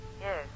Yes